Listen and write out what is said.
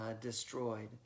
destroyed